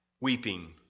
weeping